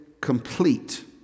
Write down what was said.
complete